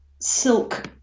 silk